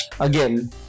again